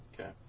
Okay